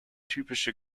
typische